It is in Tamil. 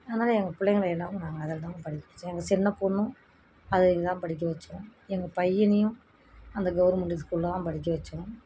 அதனால் எங்கள் பிள்ளைங்கள எல்லாமும் நாங்கள் அதில் தாங்க படிக்க வச்சேன் எங்கள் சின்ன பொண்ணும் அதே தான் படிக்க வச்சோம் எங்கள் பையனையும் அந்த கவுர்மெண்டு ஸ்கூலில் தான் படிக்க வச்சோம்